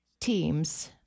teams